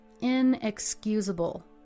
inexcusable